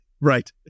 Right